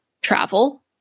travel